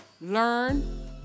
learn